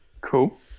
Cool